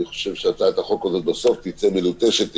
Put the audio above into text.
אני חושב שהצעת החוק הזאת בסוף תצא מלוטשת היטב.